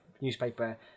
newspaper